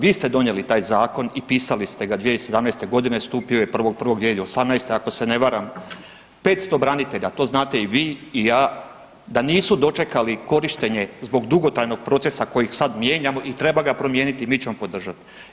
Vi ste donijeli taj zakon i pisali ste ga 2017. g., stupio je 1. 1. 2018., ako se ne varam, 500 branitelja, to znate i vi i ja, da nisu dočekali korištenje zbog dugotrajnog procesa koji sad mijenjamo i treba promijeniti, mi ćemo podržat.